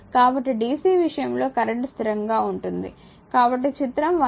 కాబట్టి dc విషయంలో current స్థిరంగా ఉంటుంది కాబట్టి చిత్రం 1